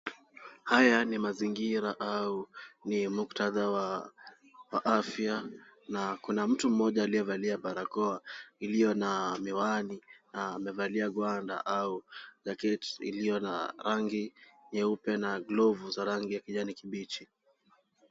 Haya ni mazingira au ni muktadha wa afya na kuna mtu mmoja aliyevalia barakoa iliyo na miwani na amevalia gwanda au jaketi iliyo na rangi nyeupe na glovu za rangi ya kijani kibichi.